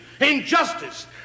injustice